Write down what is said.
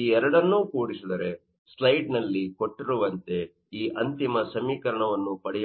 ಈ ಎರಡನ್ನು ಕೂಡಿಸಿದರೆ ಸ್ಲೈಡ್ ನಲ್ಲಿ ಕೊಟ್ಟಿರುವಂತೆ ಈ ಅಂತಿಮ ಸಮೀಕರಣವನ್ನು ಪಡೆಯಬಹುದು